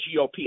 GOP